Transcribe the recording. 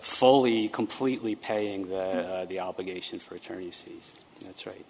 fully completely paying the obligation for attorneys that's right